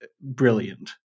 brilliant